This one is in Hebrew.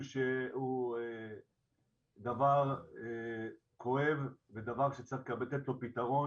שהוא דבר כואב ודבר שצריך לקבל פה פתרון,